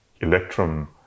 Electrum